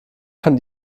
kann